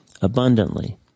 abundantly